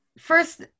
first